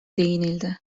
değinildi